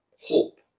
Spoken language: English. hope